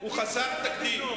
הוא חסר תקדים.